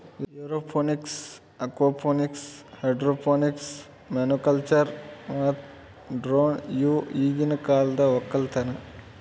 aeroponics, aquaponics, hydroponics, monoculture ಮತ್ತ drone ಇವು ಈಗಿನ ಕಾಲದ ಒಕ್ಕಲತನ